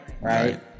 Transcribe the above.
right